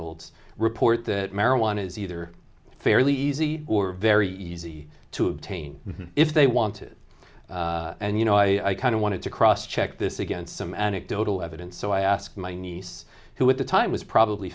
olds report that marijuana is either fairly easy or very easy to obtain if they want it and you know i kind of wanted to cross check this against some anecdotal evidence so i asked my niece who at the time was probably